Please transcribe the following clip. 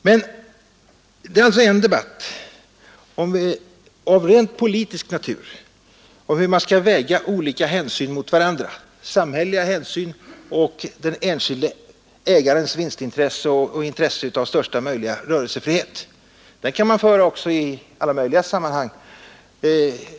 Men det är alltså en debatt av rent politisk natur — när det gäller markfrågor en debatt om hur man skall väga olika hänsyn mot varandra, samhälleliga hänsyn mot den enskilde ägarens vinstintresse och intresse av största möjliga rörelsefrihet. Det finns vissa inskränkningar i markägarens rörelsefrihet redan i dag.